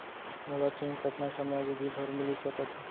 मोला ऋण कतना समयावधि भर मिलिस सकत हे?